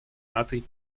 наций